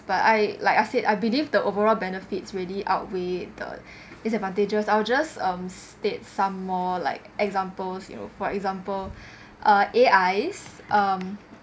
but I like I said I believe the overall benefits really outweigh the disadvantages I'll just um state some more like examples you know for example uh A_Is um